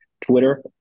Twitter